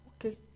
Okay